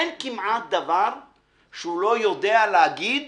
אין כמעט דבר שהוא לא יודע להגיד